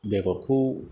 बेगरखौ